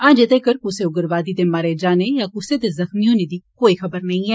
अजें तक्कर कुसै उग्रवादी दे मारे जाने या कुसै दे जख़्मी होने दे कोई खबर नेई ऐ